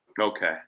Okay